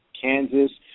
Kansas